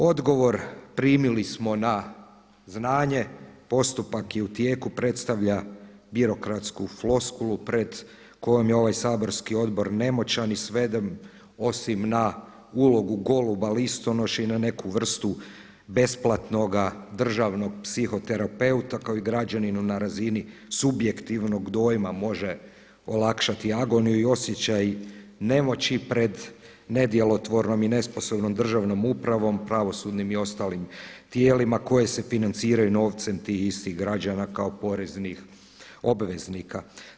Odgovor primili smo na znanje, postupak je u tijeku predstavlja birokratsku floskulu pred kojom je ovaj saborski odbor nemoćan i sveden osim na ulogu goluba listonoše i na neku vrstu besplatnoga državnog psihoterapeuta kao i građaninu na razini subjektivnog dojma može olakšati agoniju i osjećaj nemoći pred nedjelotvornom i nesposobnom državnom upravom pravosudnim i ostalim tijelima koji se financiraju novcem tih istih građana kao poreznih obveznika.